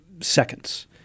seconds